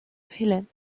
helene